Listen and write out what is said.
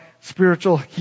spiritual